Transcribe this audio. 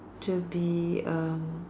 to be um